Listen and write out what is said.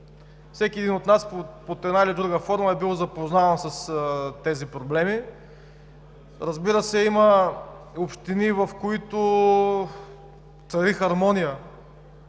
Всеки един от нас под една или друга форма е бил запознаван с тези проблеми. Разбира се, има общини, в които цари хармония